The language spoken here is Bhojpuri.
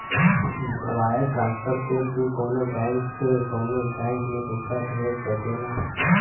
वायर ट्रान्सफर से तू कउनो बैंक से कउनो बैंक में पइसा भेज सकेला